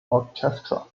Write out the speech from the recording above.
orchestra